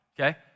okay